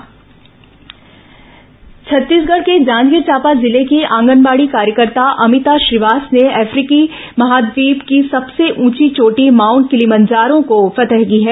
mount फतह छत्तीसगढ़ के जांजगीर चांपा जिले की आंगनबाड़ी कार्यकर्ता अमिता श्रीवास ने अफ्रीकी महाद्वीप की सबसे ऊंची चोटी माउंट किलिमंजारो को फतह की है